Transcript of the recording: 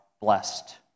blessed